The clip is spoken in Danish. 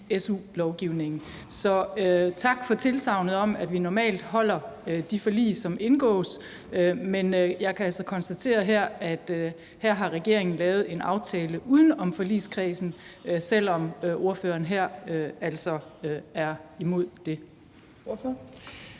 tak for tilsagnet om, at vi normalt holder de forlig, som indgås, men jeg kan så konstatere, at her har regeringen lavet en aftale uden om forligskredsen, selv om ordføreren her altså er imod det.